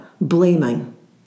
blaming